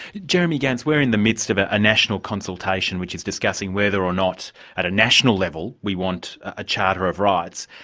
jeremy gans, we're in the midst of a a national consultation which is discussing whether or not at a national level we want a charter of rights.